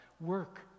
Work